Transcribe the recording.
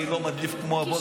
אני לא מדליף כמו הבוס שלך.